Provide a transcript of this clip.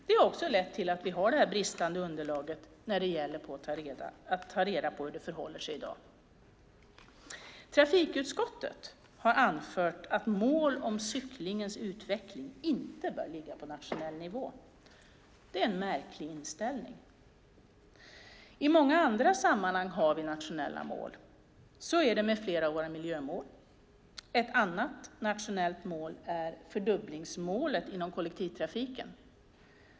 Det har lett till att vi har bristande underlag när det gäller att ta reda på hur det förhåller sig i dag. Trafikutskottet har anfört att mål om cyklingens utveckling inte bör ligga på nationell nivå. Det är en märklig inställning. I många andra sammanhang har vi nationella mål. Så är det med flera av våra miljömål. Ett annat nationellt mål är fördubblingsmålet inom kollektivtrafiken.